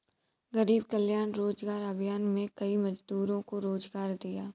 गरीब कल्याण रोजगार अभियान में कई मजदूरों को रोजगार दिया